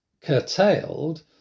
curtailed